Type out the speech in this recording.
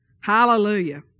Hallelujah